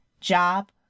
job